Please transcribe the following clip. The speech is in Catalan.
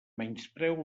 menyspreu